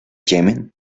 yemen